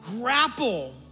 grapple